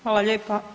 Hvala lijepa.